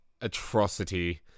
atrocity